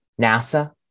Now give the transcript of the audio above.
NASA